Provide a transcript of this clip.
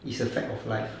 it's a fact of life